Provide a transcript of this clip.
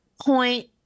point